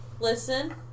listen